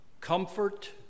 comfort